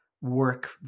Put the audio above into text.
work